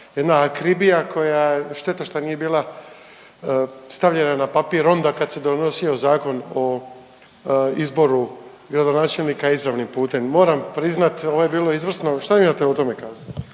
jedna akribija koja šteta što nije bila stavljena na papir onda kad se donosio Zakon o izboru gradonačelnika izravnim putem. I moram priznat ovo je bilo izvrsno, šta vi imate o tome kazat?